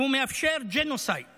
שהוא מאפשר ג'נוסייד